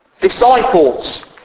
disciples